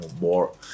more